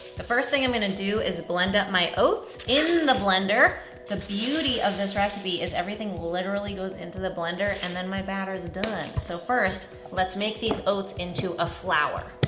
the first thing i'm gonna do is blend up my oats in the blender. the beauty of this recipe is everything literally goes into the blender and then my batter's done. so first, let's make these oats into a flour.